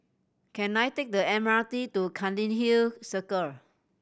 can I take the M R T to Cairnhill Circle